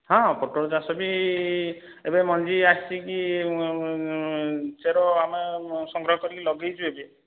ହଁ ପୋଟଳ ଚାଷ ବି ଏବେ ମଞ୍ଜି ଆସିକି ଚେର ଆମେ ସଂଗ୍ରହ କରିକି ଲଗାଇଛୁ ଏବେ